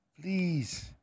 Please